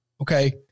Okay